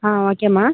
ஆ ஓகேம்மா